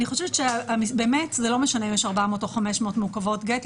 אני חושבת שזה לא משנה אם יש 400 או 500 מעוכבות גט,